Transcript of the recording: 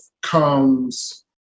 comes